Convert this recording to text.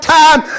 time